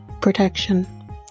protection